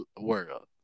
world